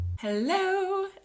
Hello